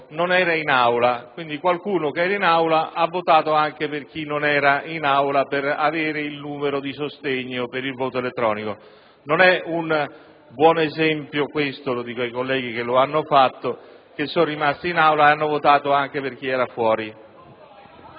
Non è un buon esempio. Lo dico ai colleghi che lo hanno fatto e che sono rimasti in Aula votando anche per chi era fuori.